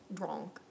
wrong